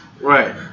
Right